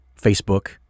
Facebook